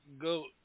Go